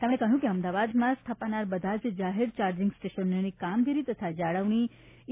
તેમણે કહ્યૂં કે અમદાવાદમાં સ્થપાનાર બધા જ જાહેર ચાર્જિંગ સ્ટેશનોની કામગીરી તથા જાળવણી ઈ